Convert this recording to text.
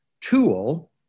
tool